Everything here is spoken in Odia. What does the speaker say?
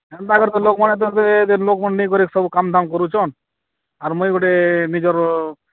ଏନ୍ତା କରି ତ ଲୋକମାନେ ତ ଯେ ଲୋକମାନେ ନେଇକରି ସବୁ କାମ୍ ଦାମ୍ କରୁଛନ୍ ଆର ମୁଇଁ ଗୁଟେ ନିଜର